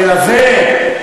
תלווה,